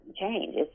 change